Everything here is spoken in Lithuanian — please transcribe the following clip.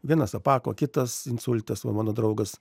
vienas apako kitas insultas va mano draugas